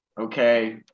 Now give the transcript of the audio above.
Okay